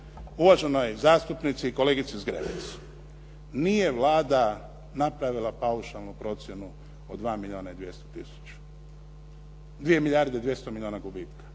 uvaženoj zastupnici i kolegici Zgrebec. Nije Vlada napravila paušalnu procjenu od 2 milijuna i 200 tisuća,